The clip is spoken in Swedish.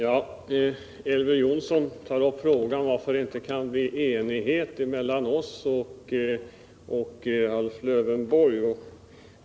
Herr talman! Elver Jonsson frågar varför det inte kan bli enighet mellan oss och Alf Lövenborg.